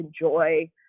enjoy